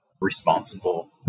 responsible